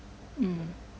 mm